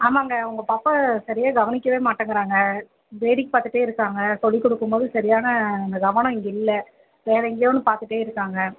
ஆமாங்க உங்கள் பாப்பா சரியாக கவனிக்கவே மாட்டேங்கிறாங்க வேடிக்கை பார்த்துட்டே இருக்காங்க சொல்லிக் கொடுக்கும்போது சரியான கவனம் இங்கே இல்லை வேறு எங்கேயோ ஒன்று பார்த்துட்டே இருக்காங்க